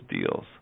deals